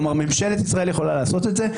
כלומר, ממשלת ישראל יכולה לעשות את זה.